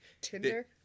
Tinder